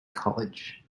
college